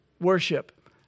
worship